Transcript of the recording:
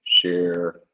share